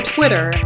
Twitter